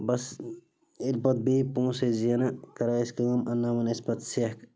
بَس ییٚلہِ پَتہٕ بیٚیہِ پونٛسہٕ ٲسۍ زینان کران ٲسۍ کٲم اَنناوان ٲسۍ پَتہٕ سٮ۪کھ